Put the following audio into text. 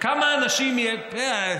כמה אנשים יש, כמה כסף זה?